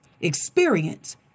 experience